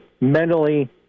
mentally